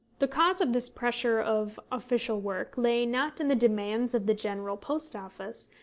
the cause of this pressure of official work lay, not in the demands of the general post office,